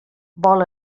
vol